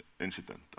incident